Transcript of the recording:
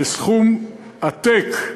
זה סכום עתק,